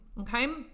Okay